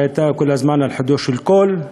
שהייתה כל הזמן על חודו של קול,